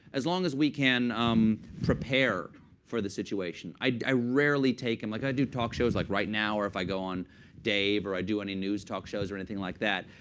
as long as we can um prepare for the situation, i i rarely take him. like i do talk shows, like right now. or if i go on dave, or i do any news talk shows or anything like that,